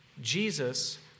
Jesus